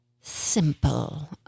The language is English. simple